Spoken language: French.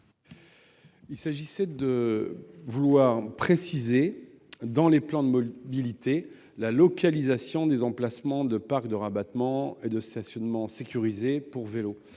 Il s'agit de préciser dans les plans de mobilité la localisation des parcs de rabattement et des stationnements sécurisés pour vélos.